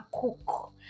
cook